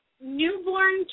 newborn